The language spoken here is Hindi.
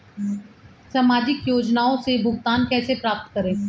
सामाजिक योजनाओं से भुगतान कैसे प्राप्त करें?